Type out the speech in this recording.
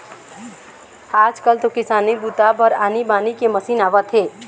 आजकाल तो किसानी बूता बर आनी बानी के मसीन आवत हे